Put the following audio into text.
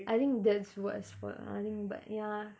I think that's worse for I think but ya